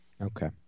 Okay